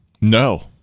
no